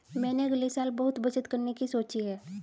मैंने अगले साल बहुत बचत करने की सोची है